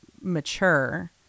mature